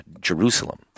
jerusalem